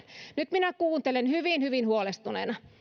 nyt minä kuuntelen hyvin hyvin huolestuneena